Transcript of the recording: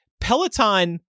Peloton